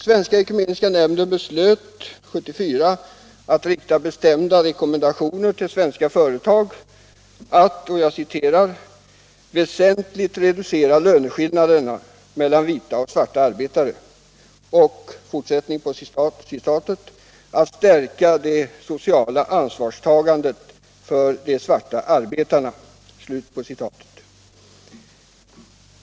Svenska ekumeniska nämnden beslöt 1974 att rikta bestämda rekommendationer till svenska företag i Sydafrika ”att väsentligt reducera löneskillnaden mellan vita och svarta arbetare” och ”att stärka det sociala ansvarstagandet för de svarta arbetarna”.